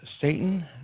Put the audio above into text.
Satan